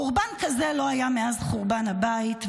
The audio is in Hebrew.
חורבן כזה לא היה מאז חורבן הבית.